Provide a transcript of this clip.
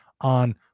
on